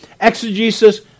Exegesis